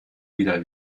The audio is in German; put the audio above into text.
wieder